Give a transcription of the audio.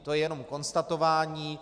To je jenom konstatování.